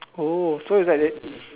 oh so it's like that